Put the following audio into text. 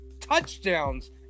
touchdowns